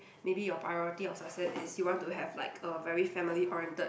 maybe your priority of success is you want to have like a very family oriented